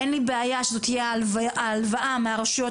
אין לי בעיה שזו תהיה ההלוואה מהרשויות